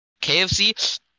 KFC